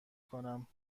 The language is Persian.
کنم